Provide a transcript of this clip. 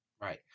Right